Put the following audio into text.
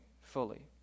fully